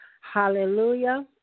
Hallelujah